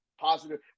positive